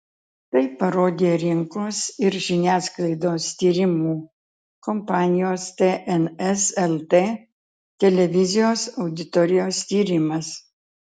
tai parodė rinkos ir žiniasklaidos tyrimų kompanijos tns lt televizijos auditorijos tyrimas